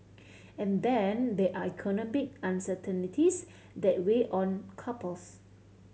and then there are economic uncertainties that weigh on couples